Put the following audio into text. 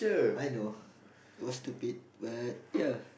I know it was stupid but ya